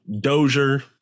Dozier –